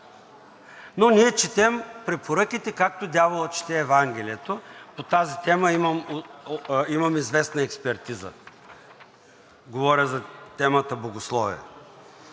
Но ние четем препоръките, както дяволът чете Евангелието. По тази тема имам известна експертиза, говоря за темата богословие.